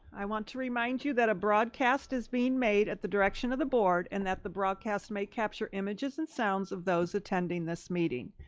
i want to remind you that a broadcast is being made at the direction of the board and that the broadcast may capture images and sounds of those attending this meeting.